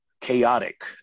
chaotic